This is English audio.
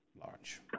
Large